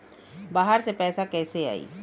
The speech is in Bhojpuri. बाहर से पैसा कैसे आई?